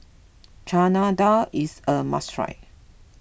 Chana Dal is a must try